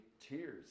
tears